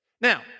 Now